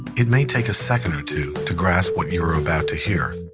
it may take a second or two to grasp what you're about to hear,